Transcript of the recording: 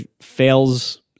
fails